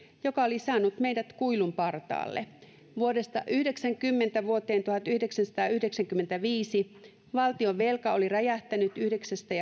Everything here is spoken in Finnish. joka oli saanut meidät kuilun partaalle vuodesta yhdeksänkymmentä vuoteen tuhatyhdeksänsataayhdeksänkymmentäviisi valtionvelka oli räjähtänyt yhdeksästä